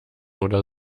oder